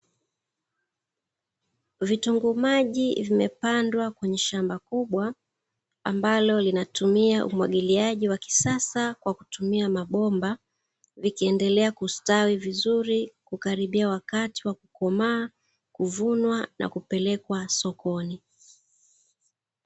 Vitunguu maji vimepandwa kwenye shamba kubwa ambalo linatumia umwagiliaji wa kisasa, kwa kutumia mabomba vikiendelea kustawi vizuri na kukaribia wakati wa kukomaa, kuvunwa na kupelekwa sokoni.